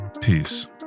Peace